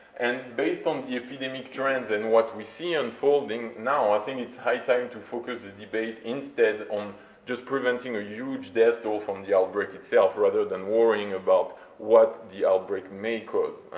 and based on the epidemic trends and what we see unfolding now, i think it's high time to focus the debate instead on just preventing a huge death toll from the outbreak itself rather than worrying about what the outbreak may cause.